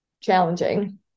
challenging